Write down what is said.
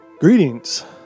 Greetings